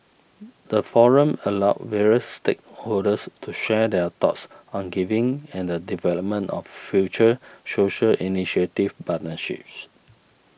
the forum allowed various stakeholders to share their thoughts on giving and the development of future social initiative partnerships